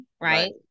Right